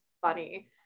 funny